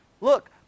look